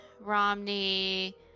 Romney